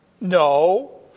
No